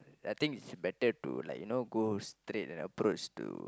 I think it's better to like you know go straight and approach to